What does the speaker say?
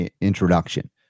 introduction